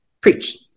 preach